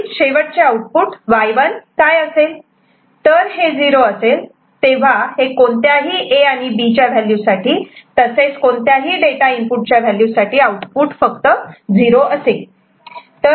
आणि शेवटचे output Y1 काय असेल तर हे 0 असे असेल तेव्हा हे कोणत्याही A आणि B च्या व्हॅल्यू साठी तसेच कोणत्याही डाटा इनपुट च्या व्हॅल्यू साठी आउटपुट फक्त 0 असे असेल